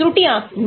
ये अमाइन हैं